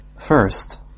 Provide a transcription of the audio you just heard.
First